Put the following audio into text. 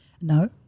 No